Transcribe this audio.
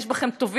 יש בכם טובים,